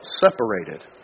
separated